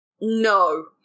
No